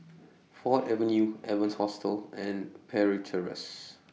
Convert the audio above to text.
Ford Avenue Evans Hostel and Parry Terrace